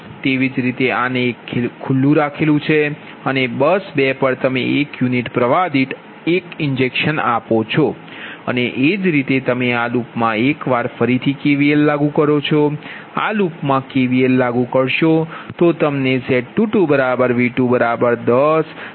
તેવી જ રીતે આને એક ખુલ્લું રાખો અને બસ 2 પર તમે એક યુનિટ પ્ર્વાહ દીઠ એક જ ઇન્જેક્શન આપો અને તે જ રીતે તમે આ લૂપમાં એકવાર KVL લાગુ કરો અને આ લૂપમાં KVL લાગુ કરશો તો તમને Z22V210